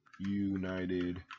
United